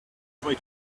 try